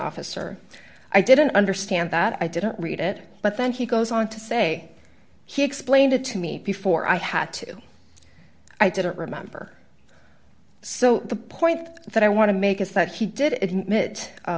officer i didn't understand that i didn't read it but then he goes on to say he explained it to me before i had to i didn't remember so the point that i want to make is that he did it wit